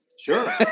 Sure